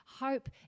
hope